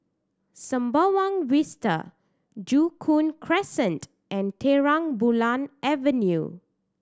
Sembawang Vista Joo Koon Crescent and Terang Bulan Avenue